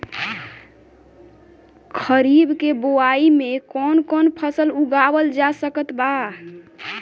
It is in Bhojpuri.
खरीब के बोआई मे कौन कौन फसल उगावाल जा सकत बा?